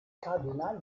kardinal